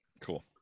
Cool